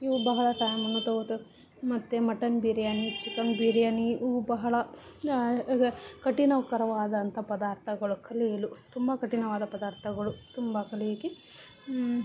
ಇವು ಬಹಳ ಟೈಮನ್ನು ತಗೋತ್ ಮತ್ತು ಮಟನ್ ಬಿರಿಯಾನಿ ಚಿಕನ್ ಬಿರಿಯಾನಿಯು ಬಹಳ ಕಠಿಣಕರವಾದಂಥ ಪದಾರ್ಥಗಳು ಕಲಿಯಲು ತುಂಬ ಕಠಿಣವಾದ ಪದಾರ್ಥಗಳು ತುಂಬ ಕಲಿಯೋಕ್ಕೆ